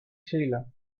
sheila